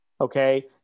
okay